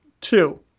Two